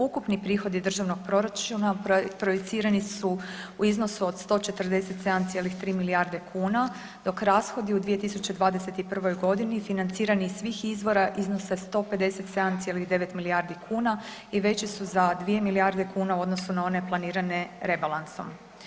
Ukupni prihodi državnog proračuna projicirani su u iznosu od 147,3 milijarde kuna, dok rashodi u 2021.g. financirani iz svih izvora iznose 157,9 milijardi kuna i veći su za 2 milijarde kuna u odnosu na one planirane rebalansom.